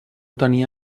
tenia